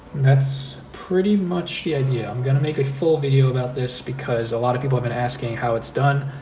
that's pretty much the idea. i'm gonna make a full video about this because a lot of people have been asking how it's done,